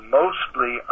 mostly